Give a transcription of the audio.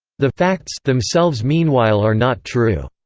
the facts themselves meanwhile are not true.